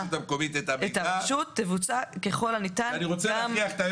בידי הרשות המקומית תבוצע ככל הניתן גם הודעה טלפונית.